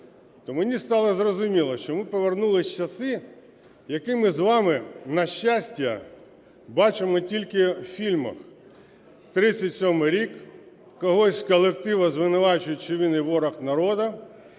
то мені стало зрозуміло, що ми повернулися в часи, які ми з вами, на щастя, бачимо тільки у фільмах. 37-й рік, когось з колективу звинувачують, що він є ворог народу,